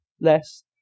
less